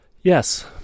yes